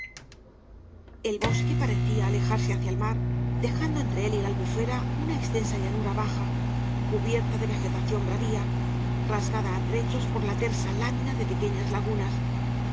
el bosque parecía alejarse hacía el mar dejando entre él y la albufera una extensa llanura baja cubierta de vegetación bravia rasgada á trechos por la tersa lámina de pequeñas lagunas